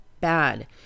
bad